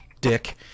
dick